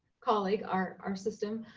colleague, our our system